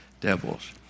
devils